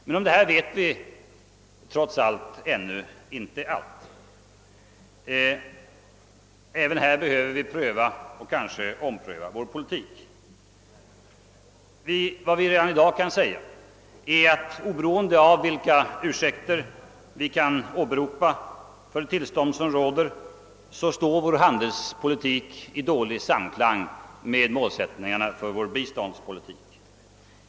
Men om detta vet vi ännu inte allt. Även härvidlag behöver vi pröva och kanske ompröva vår politik. Vad vi redan i dag kan säga är att oberoende av vilka ursäkter vi kan åberopa för det tillstånd som råder står vår handelspolitik i dålig samklang med målsättningarna för vår biståndspolitik.